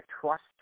trust